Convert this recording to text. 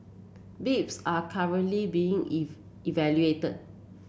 bids are currently being if evaluated